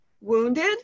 wounded